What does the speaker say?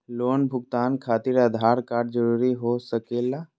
Loan भुगतान खातिर Aadhaar card जरूरी हो सके ला?